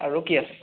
আৰু কি আছে